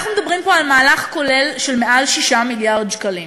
אנחנו מדברים פה על מהלך כולל של מעל 6 מיליארד שקלים.